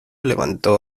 levantó